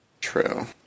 true